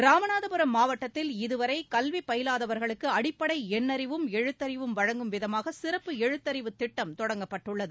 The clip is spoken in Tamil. ராமநாதபுரம் மாவட்டத்தில் இதுவரை கல்வி பயிவாதவர்களுக்கு அடிப்படை எண்ணறிவும் எழுத்தறிவையும் வழங்கும் விதமாக சிறப்பு எழுத்தறிவுத் திட்டம் தொடங்கப்பட்டுள்ளது